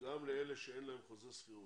גם לאלה שאין להם חוזה שכירות,